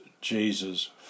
Jesus